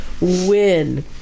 win